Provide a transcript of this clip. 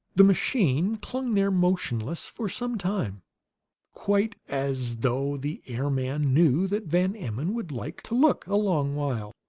the machine clung there, motionless, for some time quite as though the airman knew that van emmon would like to look a long while.